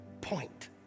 point